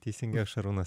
teisingai šarūnas